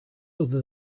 other